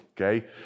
okay